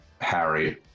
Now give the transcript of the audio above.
Harry